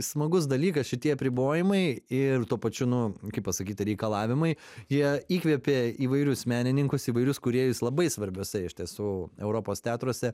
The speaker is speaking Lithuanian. smagus dalykas šitie apribojimai ir tuo pačiu nu kaip pasakyti reikalavimai jie įkvėpė įvairius menininkus įvairius kūrėjus labai svarbiose iš tiesų europos teatruose